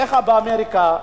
איך באמריקה?